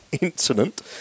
incident